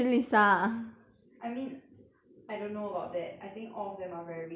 I mean I don't know about that I think all of them are very rich for sure